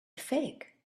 fake